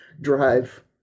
drive